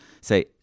say